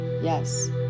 yes